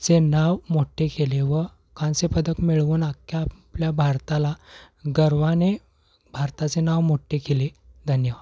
त्यांचे नाव मोठे केले व कांस्य पदक मिळवून अख्या आपल्या भारताला गर्वाने भारताचे नाव मोठे केले धन्यवाद